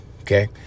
okay